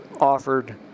offered